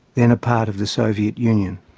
then a part of the soviet union.